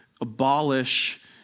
abolish